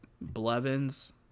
Blevins